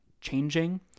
changing